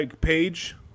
page